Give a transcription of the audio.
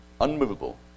unmovable